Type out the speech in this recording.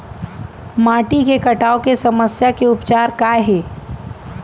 माटी के कटाव के समस्या के उपचार काय हे?